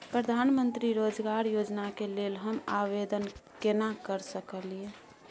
प्रधानमंत्री रोजगार योजना के लेल हम आवेदन केना कर सकलियै?